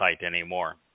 anymore